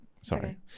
sorry